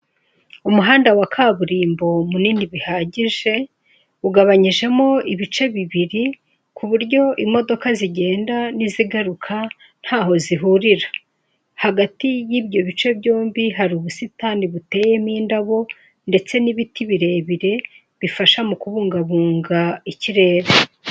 Umuhanda wa kaburimbo munini bihagije ugabanyijemo ibice bibiri ku buryo imodoka zigenda n'izigaruka ntaho zihurira, hagati y'ibyo bice byombi hari ubusitani buteyemo indabo ndetse n'ibiti birebire bifasha mu kubungabunga ikirere.